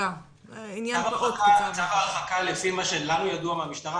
צו הרחקה לפי מה שלנו ידוע מהמשטרה,